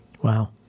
Wow